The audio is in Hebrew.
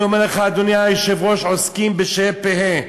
אני אומר לך, אדוני היושב-ראש, עוסקים בשה"י פה"י,